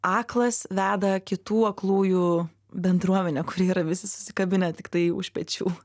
aklas veda kitų aklųjų bendruomenę kurie yra visi susikabinę tiktai už pečių